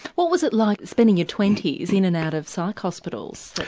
what was it like spending your twenty s in and out of psyche hospitals,